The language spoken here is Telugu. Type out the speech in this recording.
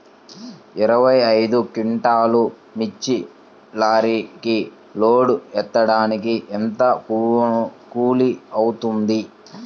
ఇరవై ఐదు క్వింటాల్లు మిర్చి లారీకి లోడ్ ఎత్తడానికి ఎంత కూలి అవుతుంది?